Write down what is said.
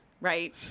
right